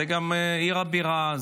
זו גם עיר הבירה,